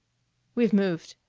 we've moved.